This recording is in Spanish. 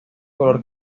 color